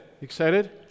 Excited